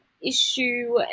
Issue